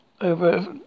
over